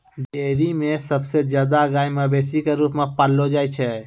dairy म सबसे जादा गाय मवेशी क रूप म पाललो जाय छै